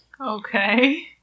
Okay